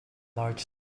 large